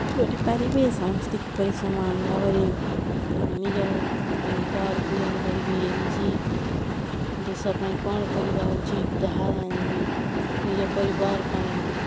କରିପାରିବେ ସମସ୍ତି କିିପରି ସମାନ ଭାବରେ ନିଜର ଅଧିକାରକୁ ଜାଣିପାରିବେ ନିଜେ ଦେଶ ପାଇଁ କ'ଣ କରିବା ଉଚିତ୍ ତାହା ଜାଣିବେ ନିଜ ପରିବାର ପାଇଁ